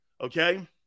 Okay